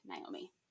Naomi